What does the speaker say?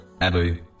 Abu